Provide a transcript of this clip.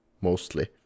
mostly